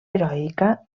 heroica